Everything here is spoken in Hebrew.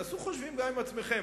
תעשו חושבים גם עם עצמכם,